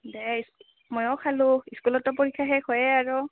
দে ময়ো খালোঁ স্কুলতো পৰীক্ষা শেষ হয়ে আৰু